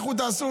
לכו תעשו,